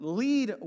lead